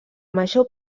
major